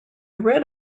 read